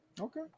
Okay